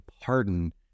pardon